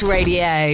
Radio